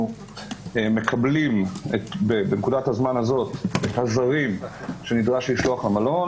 אנחנו מקבלים בנקודת הזמן הזו את הזרים שנדרש לשלוח למלון.